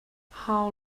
how